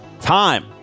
time